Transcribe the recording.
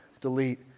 delete